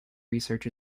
research